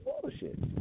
bullshit